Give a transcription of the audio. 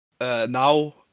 Now